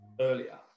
earlier